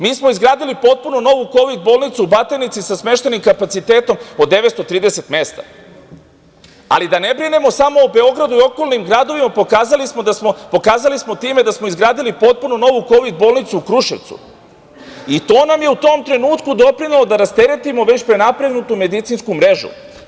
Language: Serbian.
Mi smo izgradili potpuno novu kovid bolnicu u Batajnici sa smeštajnim kapacitetom od 930 mesta, ali da ne brinemo samo o Beogradu i okolnim gradovima, pokazali smo time da smo izgradili potpuno novu kovid bolnicu u Kruševcu, i to nam je u tom trenutku doprinelo da rasteretimo već prenapregnutu medicinsku mrežu.